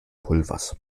pulvers